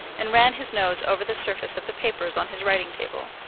and ran his nose over the surface of the papers on his writing-table.